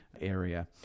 area